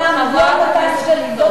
1.2 מיליון שקלים.